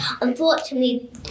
unfortunately